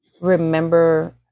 remember